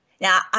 Now